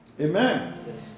Amen